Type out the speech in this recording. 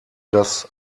das